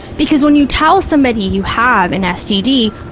because when you tell somebody you have an std,